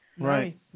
Right